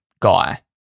guy